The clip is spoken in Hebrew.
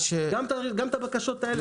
גם את הבקשות האלה.